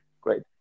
Great